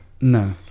No